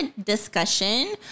discussion